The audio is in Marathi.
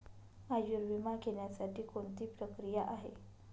आयुर्विमा घेण्यासाठी कोणती प्रक्रिया आहे?